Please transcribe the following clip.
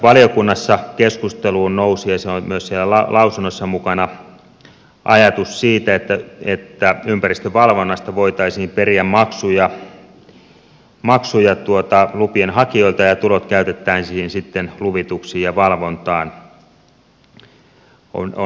valiokunnassa keskusteluun nousi ja se on myös siellä lausunnossa mukana ajatus siitä että ympäristövalvonnasta voitaisiin periä maksuja lupien hakijoilta ja tulot käytettäisiin sitten luvituksiin ja valvontaan